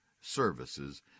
Services